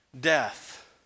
death